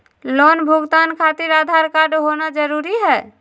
Loan भुगतान खातिर Aadhaar card होना जरूरी है?